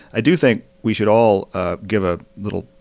i do think we should all ah give a little